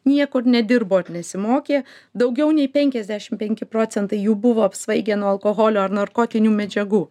niekur nedirbo ir nesimokė daugiau nei penkiasdešim penki procentai jų buvo apsvaigę nuo alkoholio ar narkotinių medžiagų